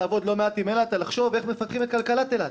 לעבוד לא מעט עם אילת על לחשוב איך מפתחים את כלכלת אילת.